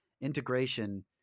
integration